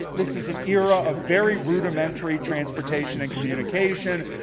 this is an era of very rudimentary transportation and communication.